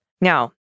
Now